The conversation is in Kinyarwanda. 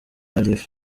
alif